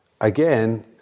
again